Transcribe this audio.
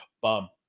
Bum